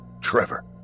Trevor